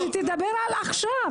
תדבר על עכשיו.